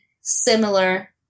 similar